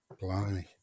blimey